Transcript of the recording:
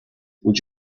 would